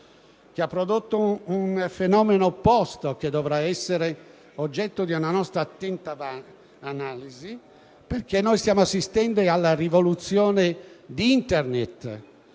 che ha prodotto un fenomeno opposto, che dovrà essere oggetto di una nostra attenta analisi, perché stiamo assistendo alla rivoluzione di Internet,